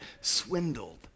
swindled